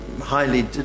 highly